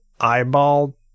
eyeball